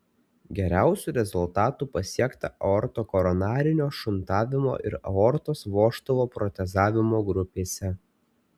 geriausių rezultatų pasiekta aortokoronarinio šuntavimo ir aortos vožtuvo protezavimo grupėse